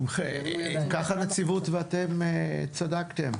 אתם והנציבות צדקתם.